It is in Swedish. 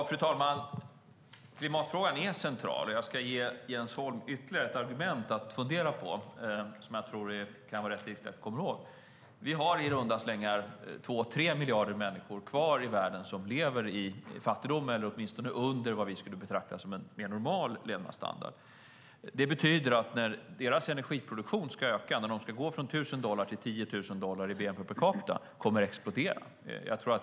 Fru talman! Klimatfrågan är central, och jag ska ge Jens Holm ytterligare ett argument att fundera på som jag tror kan vara rätt viktigt att komma ihåg. Vi har i runda slängar två tre miljarder människor kvar i världen som lever i fattigdom eller åtminstone under vad vi skulle betrakta som en mer normal levnadsstandard. Det betyder att när deras energiproduktion ska öka, när de ska gå från 1 000 dollar till 10 000 dollar per capita i bnp, kommer det att explodera.